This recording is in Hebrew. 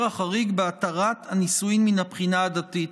החריג בהתרת הנישואין מן הבחינה הדתית.